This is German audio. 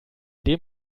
dem